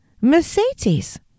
Mercedes